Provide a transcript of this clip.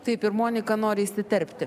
taip ir monika nori įsiterpti